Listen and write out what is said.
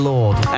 Lord